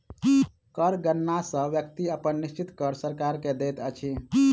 कर गणना सॅ व्यक्ति अपन निश्चित कर सरकार के दैत अछि